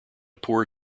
poor